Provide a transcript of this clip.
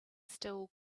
still